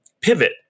pivot